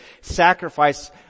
sacrifice